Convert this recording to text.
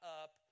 up